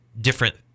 different